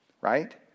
right